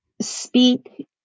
Speak